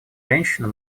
женщина